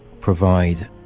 provide